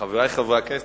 חברי חברי הכנסת,